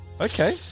Okay